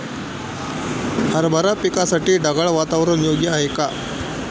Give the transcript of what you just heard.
हरभरा पिकासाठी ढगाळ वातावरण योग्य आहे का?